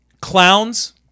clowns